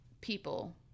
people